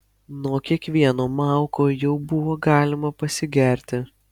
nuo kiekvieno mauko jau buvo galima pasigerti